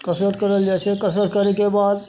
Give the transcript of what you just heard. कसरत करल जाइ छै कसरत करैके बाद